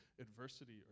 adversity